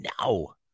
No